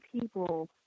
people